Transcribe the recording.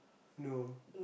no